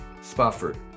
Spofford